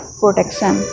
protection